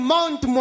Mount